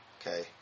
Okay